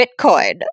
Bitcoin